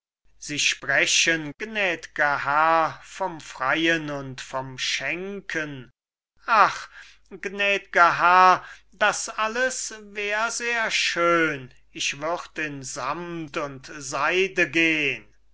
sie sprechen gnädger herr vom freien und vom schenken ach gnädger herr das alles wär sehr schön ich würd in samt und seide gehn was gehn